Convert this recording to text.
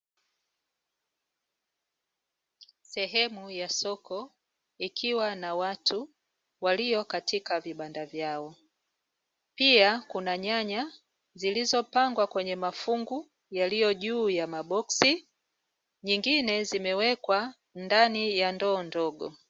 Sehemu ya soko ikiwa na watu, walio katika vibanda vyao. Pia kuna nyanya, zilizopangwa kwenye mafungu, yaliyojuu ya maboksi, nyingine zimewekwa ndani ya ndoo ndogo .